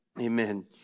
Amen